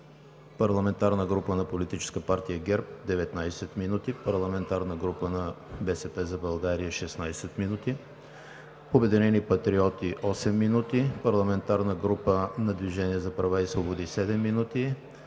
парламентарната група на Политическа партия ГЕРБ – 19 минути, парламентарната група на „БСП за България“ – 16 минути, „Обединени патриоти“ – 8 минути, парламентарната група на „Движението за права и свободи“ – 7 минути,